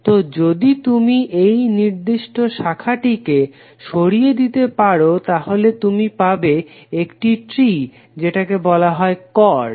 তো যদি তুমি এই নির্দিষ্ট শাখাটিকে সরিয়ে দিতে পারো তাহলে তুমি পাবে একটি ট্রি যেটাকে বলা হয় কর্ড